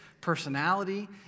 personality